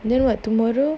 then what tomorrow